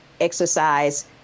exercise